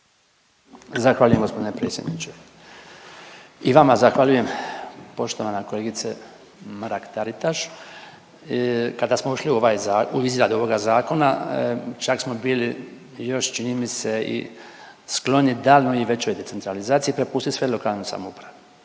Zahvaljujem gospodine predsjedniče. I vama zahvaljujem poštovana kolegice Mrak Taritaš. Kada smo ušli u ovaj zako…, u izradu ovoga zakona čak smo bili još čini mi se i skloni daljnjoj i većoj decentralizaciji prepustit sve lokalnoj samoupravi.